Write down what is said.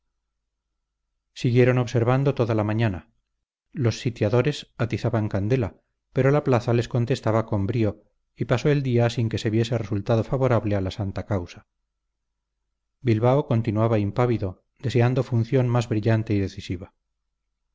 siguieron observando toda la mañana los sitiadores atizaban candela pero la plaza les contestaba con brío y pasó el día sin que se viese resultado favorable a la santa causa bilbao continuaba impávido deseando función más brillante y decisiva